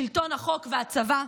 שלטון החוק והצבא,